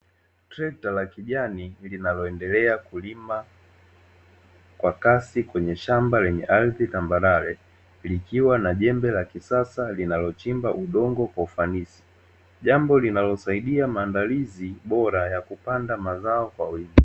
Trekta la kijani linaloendelea kulima kwa kasi kwenye shamba lenye ardhi tambarare, likiwa na jembe la kisasa linalochimbaudongo kwa ufanisi, jambo linalosaidia maandalizi bora ya kupanda mazao kwa wingi.